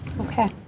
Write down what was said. Okay